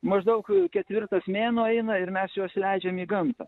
maždaug ketvirtas mėnuo eina ir mes juos leidžiam į gamtą